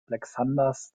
alexanders